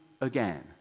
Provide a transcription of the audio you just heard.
again